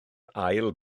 ail